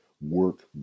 work